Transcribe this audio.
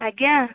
ଆଜ୍ଞା